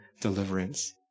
deliverance